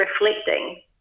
reflecting